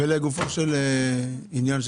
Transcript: ולגופו של עניין,